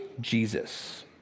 Jesus